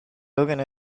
looking